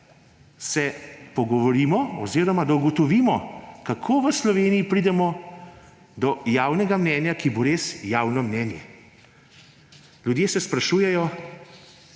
se pogovorimo oziroma da ugotovimo, kako v Sloveniji pridemo do javnega mnenja, ki bo res javno mnenje. Ljudje se sprašujejo,